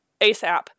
ASAP